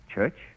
Church